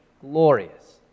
glorious